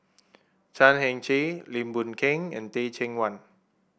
Chan Heng Chee Lim Boon Keng and Teh Cheang Wan